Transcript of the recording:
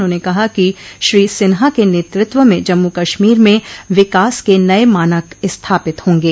उन्होंने कहा कि श्री सिन्हा के नेतृत्व में जम्मू कश्मीर में विकास के नये मानक स्थापित होंगे